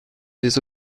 les